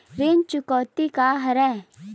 ऋण चुकौती का हरय?